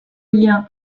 lien